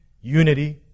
unity